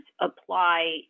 apply